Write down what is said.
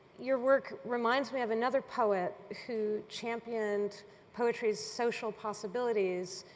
your work reminds me of another poet who championed poetry's social possibilities,